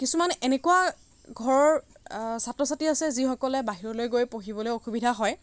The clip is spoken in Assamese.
কিছুমান এনেকোৱা ঘৰ ছাত্ৰ ছাত্ৰী আছে যিসকলে বাহিৰলৈ গৈ পঢ়িবলৈ অসুবিধা হয়